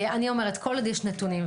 כל עוד יש נתונים,